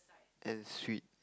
and sweet